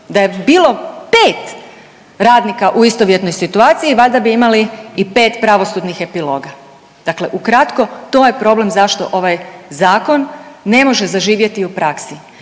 Da je bilo pet radnika u istovjetnoj situaciji valjda bi imali i pet pravosudnih epiloga. Dakle ukratko to je problem zašto ovaj zakon ne može zaživjeti u praksi